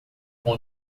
com